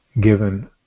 given